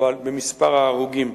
אבל במספר ההרוגים.